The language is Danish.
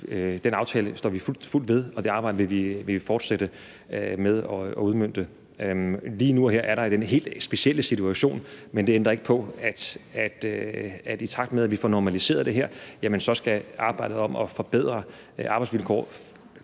den aftale står vi fuldt ved, og det arbejde vil vi fortsætte med at udmønte. Lige nu og her er der jo den helt specielle situation, men det ændrer ikke på, i takt med at vi får normaliseret det her, at det at forbedre arbejdsvilkårene,